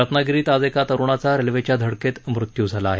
रत्नागिरीत आज एका तरुणाचा रेल्वेच्या धडकेत मृत्यू झाला आहे